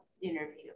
interview